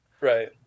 Right